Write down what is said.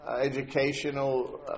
educational